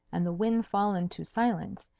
and the wind fallen to silence,